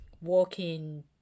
walking